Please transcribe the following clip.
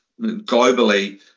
globally